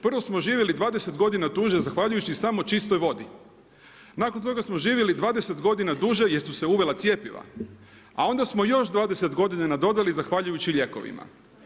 Prvo smo živjeli 20 godina duže zahvaljujući samo čistoj vodi, nakon toga smo živjeli 20 godina duže jer su se uvela cjepiva a onda smo još 20 godina nadodali zahvaljujući lijekovima.